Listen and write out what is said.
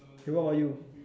okay what about you